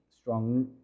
strong